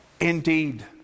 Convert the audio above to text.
indeed